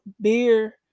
Beer